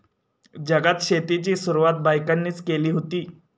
जगात शेतीची सुरवात बायकांनीच केली हुती